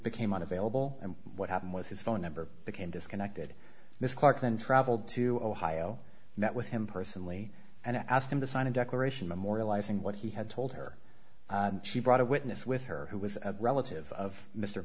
became unavailable and what happened was his phone number became disconnected this clarkson traveled to ohio met with him personally and asked him to sign a declaration memorializing what he had told her she brought a witness with her who was a relative of mr